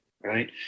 right